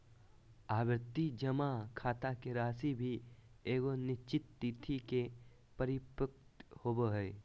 आवर्ती जमा खाता के राशि भी एगो निश्चित तिथि के परिपक्व होबो हइ